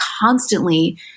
constantly